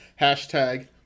Hashtag